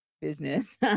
business